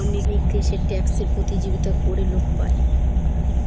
অনেক দেশে ট্যাক্সে প্রতিযোগিতা করে লোক পাবে